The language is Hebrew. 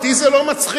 אותי זה לא מצחיק.